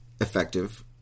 effective